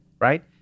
right